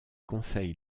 conseille